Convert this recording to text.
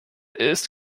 ist